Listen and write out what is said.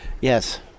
yes